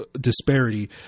disparity